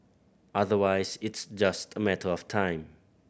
otherwise it's just a matter of time